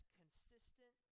consistent